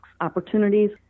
opportunities